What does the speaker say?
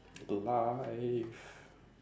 life